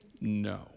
no